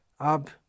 Ab